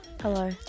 Hello